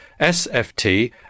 sft